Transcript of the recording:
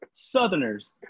southerners